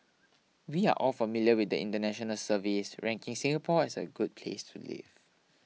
we're all familiar with the international surveys ranking Singapore as a good place to live